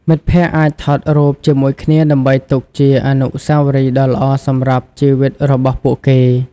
មិត្តភក្តិអាចថតរូបជាមួយគ្នាដើម្បីទុកជាអនុស្សាវរីយ៍ដ៏ល្អសម្រាប់ជីវិតរបស់ពួកគេ។